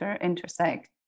intersect